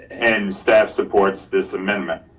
and staff supports this amendment.